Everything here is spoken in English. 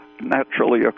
naturally